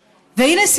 הינה,